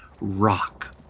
rock